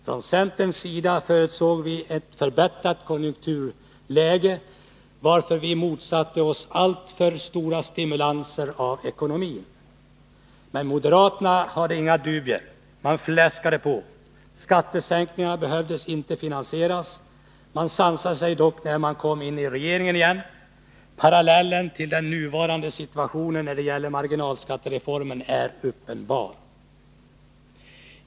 Från centerns sida förutsåg vi ett förbättrat konjunkturläge, varför vi motsatte oss alltför stora stimulanser av ekonomin. Men moderaterna hade inga dubier. Man ”fläskade på”. Skattesänkningarna behövde inte finansieras. Man sansade sig dock, när man kom in i regeringen igen. Parallellen till den nuvarande situationen när det gäller marginalskattereformen är uppenbar.